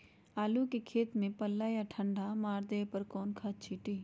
आलू के खेत में पल्ला या ठंडा मार देवे पर कौन खाद छींटी?